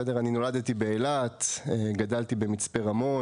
אני נולדתי באילת וגדלתי במצפה רמון